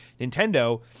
Nintendo